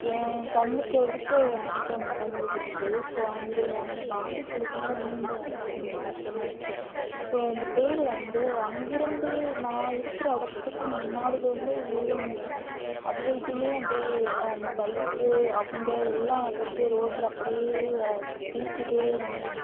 என் கண்ணுக்கெதுக்க ஒரு ஆக்சிரெண்ட் நடந்துச்சு ஸோ அந்த அந்த பாதிப்பிலேருந்து மீண்டு வரவே ரொம்ப கஷ்டமாகிடுச்சி ஸோ ரெண்டு பேர் வந்து அங்கிருந்தே நான் இருக்கிற இடத்துக்கு முன்னாடிலேருந்தே விழுந்து அது வரைக்குமே அப்படியே அந்த பைக்கு அவங்க எல்லாம் அது வரைக்கும் ரோட்டில் அப்படியே வர தேச்சிட்டே வந்தாங்க